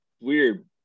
Weird